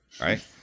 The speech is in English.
right